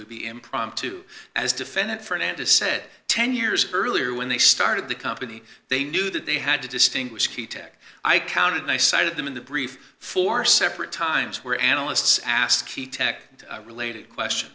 would be impromptu as defendant fernandez said ten years earlier when they started the company they knew that they had to distinguish the tech i counted and i cited them in the brief four separate times where analysts ascii tech related question